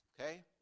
Okay